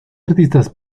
artistas